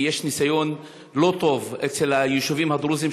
כי יש ניסיון לא טוב ביישובים הדרוזיים